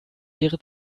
ihre